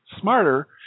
smarter